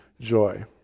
joy